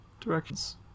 directions